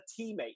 teammate